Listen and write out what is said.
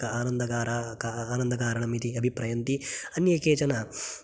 आनन्दकारणमिति अभिप्रयन्ति अन्ये केचन